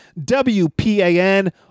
WPAN